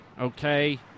okay